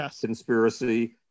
conspiracy